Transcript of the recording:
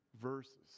verses